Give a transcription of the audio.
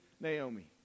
Naomi